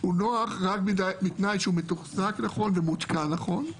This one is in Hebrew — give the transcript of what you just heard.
הוא נוח רק בתנאי שהוא מתוחזק נכון ומותקן נכון.